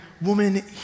woman